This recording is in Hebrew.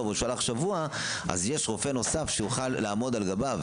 אז יש רופא נוסף שיוכל לעמוד על גביו.